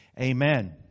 Amen